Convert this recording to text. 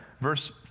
verse